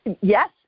Yes